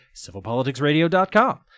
civilpoliticsradio.com